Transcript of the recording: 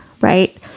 right